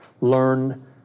learn